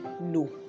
no